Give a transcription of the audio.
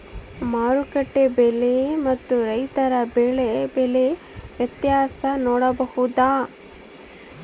ಮಾರುಕಟ್ಟೆ ಬೆಲೆ ಮತ್ತು ರೈತರ ಬೆಳೆ ಬೆಲೆ ವ್ಯತ್ಯಾಸ ನೋಡಬಹುದಾ?